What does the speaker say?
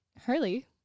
Hurley